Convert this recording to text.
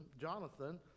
Jonathan